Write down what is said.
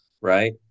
right